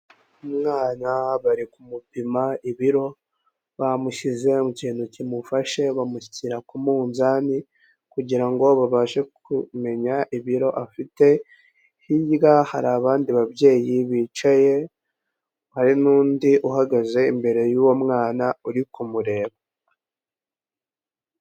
Umwana bari kumupima ibiro, bamushyize mu kintu kimufashe bamushyira ku munzani kugira ngo babashe kumenya ibiro afite, hirya hari abandi babyeyi bicaye hari n'undi uhagaze imbere y'uwo mwana uri kumureba.